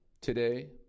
today